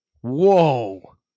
Whoa